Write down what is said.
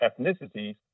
ethnicities